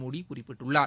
மோடி குறிப்பிட்டுள்ளார்